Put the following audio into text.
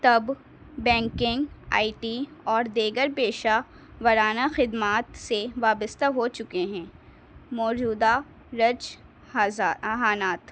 تب banking I T اور دیگر پیشہ ورانہ خدمات سے وابستہ ہو چکے ہیں موجودہ رچ احانات